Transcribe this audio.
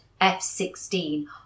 F-16